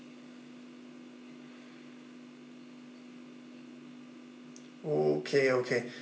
okay okay